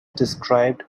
described